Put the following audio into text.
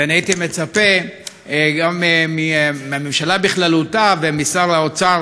ואני הייתי מצפה מהממשלה בכללותה ומשר האוצר,